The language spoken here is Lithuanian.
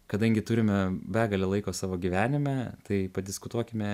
kadangi turime begalę laiko savo gyvenime tai padiskutuokime